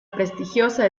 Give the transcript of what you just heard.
prestigiosa